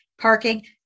parking